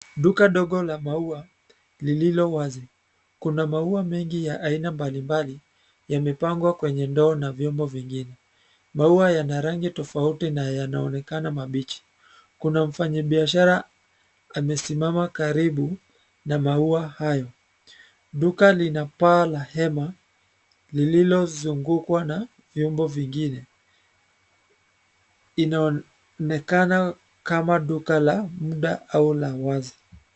Duka dogo la maua, lililo wazi, kuna maua mengi ya aina mbali mbali, yamepangwa kwenye ndoo na vyombo vingine, maua yana rangi tofauti na yanaonekana mabichi, kuna mfanyibiashara, amesimama karibu, na maua hayo, duka lina paa la hema, lililozungukwa na, vyombo vingine, ina, onekana, kama duka la, muda au la wazi.